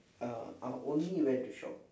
uh I only went to shop